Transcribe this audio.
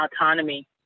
autonomy